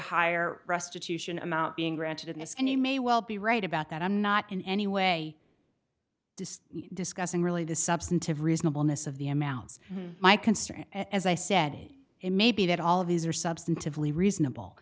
higher restitution amount being granted in this and you may well be right about that i'm not in any way does discussing really the substantive reasonable miss of the amounts my concern as i said it may be that all of these are substantively reasonable